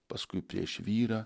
paskui prieš vyrą